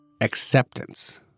acceptance